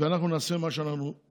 ואנחנו נעשה מה שבעצם,